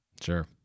sure